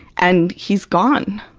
and he's gone.